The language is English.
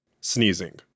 Sneezing